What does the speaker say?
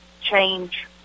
change